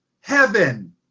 heaven